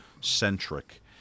centric